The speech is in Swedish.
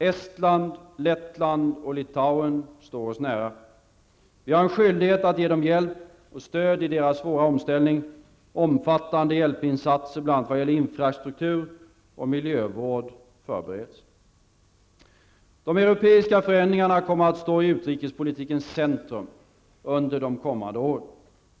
Estland, Lettland och Litauen står oss nära. Vi har en skyldighet att ge dem hjälp och stöd i deras svåra omställning. Omfattande hjälpinsatser, bl.a. vad gäller infrastruktur och miljövård, förbereds. De europeiska förändringarna kommer att stå i utrikespolitikens centrum under de kommande åren.